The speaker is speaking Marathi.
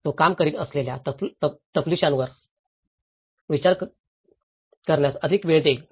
तो काम करीत असलेल्या तपशीलांवर विचार करण्यास अधिक वेळ देईल